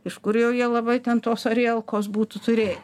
iš kur jau jie labai ten toks arielkos būtų turėję